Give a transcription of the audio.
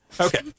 Okay